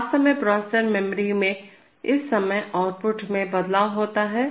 तो वास्तव में प्रोसेसर मेमोरी में इस समय आउटपुट में बदलाव होता है